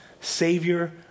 Savior